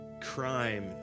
crime